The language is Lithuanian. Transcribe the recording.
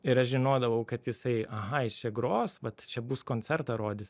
ir aš žinodavau kad jisai aha jis čia gros vat čia bus koncertą rodys